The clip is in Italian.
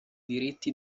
diritti